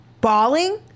Bawling